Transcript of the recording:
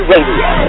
Radio